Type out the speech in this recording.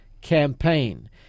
campaign